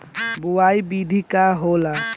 बुआई विधि का होला?